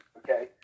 okay